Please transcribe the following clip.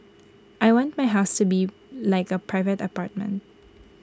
I want my house to be like A private apartment